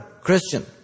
Christian